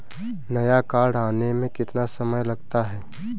नया कार्ड आने में कितना समय लगता है?